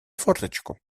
форточку